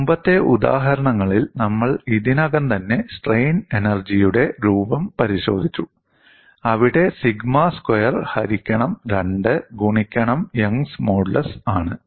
മുമ്പത്തെ ഉദാഹരണങ്ങളിൽ നമ്മൾ ഇതിനകം തന്നെ സ്ട്രെയിൻ എനർജിയുടെ രൂപം പരിശോധിച്ചു അവിടെ സിഗ്മ സ്ക്വയർ ഹരിക്കണം 2 ഗുണിക്കണം യംഗ്സ് മോഡുലസ് ആണ്